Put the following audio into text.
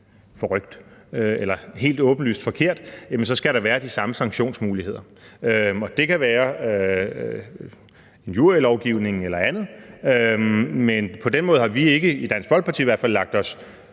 forrykt eller helt åbenlyst forkert, så skal der være de samme sanktionsmuligheder – det kan være injurielovgivningen eller andet. På den måde har vi i Dansk Folkeparti i hvert fald ikke lagt os